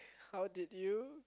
how did you